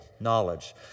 knowledge